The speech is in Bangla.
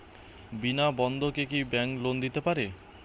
বিনা বন্ধকে কি ব্যাঙ্ক লোন দিতে পারে?